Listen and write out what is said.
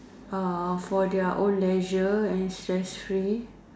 uh for their own leisure and stress free